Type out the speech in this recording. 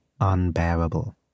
unbearable